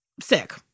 sick